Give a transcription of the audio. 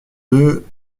deux